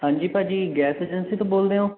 ਹਾਂਜੀ ਭਾਅ ਜੀ ਗੈਸ ਏਜੰਸੀ ਤੋਂ ਬੋਲਦੇ ਹੋ